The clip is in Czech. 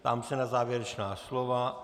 Ptám se na závěrečná slova.